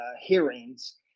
hearings